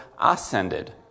ascended